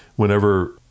Whenever